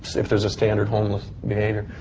if there's a standard homeless behavior.